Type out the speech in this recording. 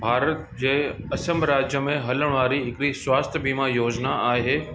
भारत जे असम राज्य में हलण वारी हिकिड़ी स्वास्थ्य बीमा योजना आहे